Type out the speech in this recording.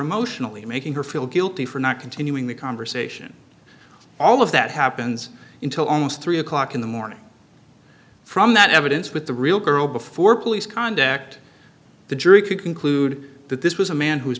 emotionally making her feel guilty for not continuing the conversation all of that happens until almost three o'clock in the morning from that evidence with the real girl before police conduct the jury could conclude that this was a man who